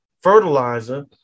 fertilizer